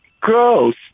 gross